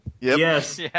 Yes